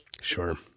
Sure